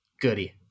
Goody